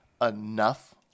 enough